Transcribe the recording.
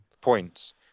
points